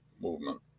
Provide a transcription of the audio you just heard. movement